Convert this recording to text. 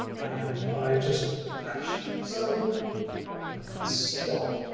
and i just refresh like so, and i hit stop,